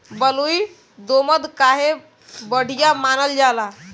बलुई दोमट काहे बढ़िया मानल जाला?